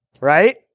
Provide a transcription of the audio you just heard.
right